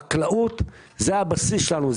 חקלאות היא הבסיס שלנו,